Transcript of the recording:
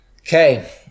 Okay